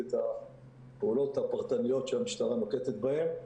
את הפעולות הפרטניות שהמשטרה נוקטת בהן.